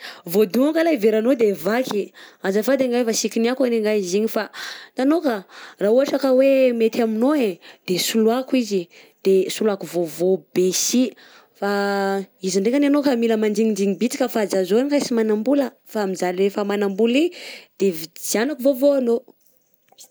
Voadonako lay veranao de vaky! _x000D_ Azafady anahy fa sy kinihako anie ngahy izy igny, hitanao ka raha ohatra ka hoe mety aminao e de soloako izy de soloako vaovao be sy fa izy ndraikany enao ka mila mandignindigny bisika fa zah zao lay sy magnam-bola fa amza le fa magnam-bola iny de vidiagnako vaovao anao.